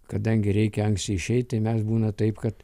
kadangi reikia anksti išeit tai mes būna taip kad